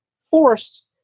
forced